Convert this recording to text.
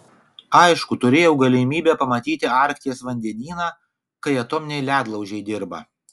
aišku turėjau galimybę pamatyti arkties vandenyną kai atominiai ledlaužiai dirba